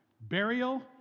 burial